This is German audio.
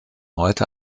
heute